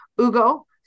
Ugo